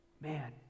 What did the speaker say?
Man